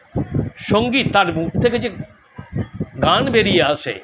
সংগীত তার মুখ থেকে যে গান বেরিয়ে আসে